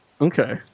Okay